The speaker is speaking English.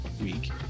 week